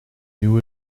knew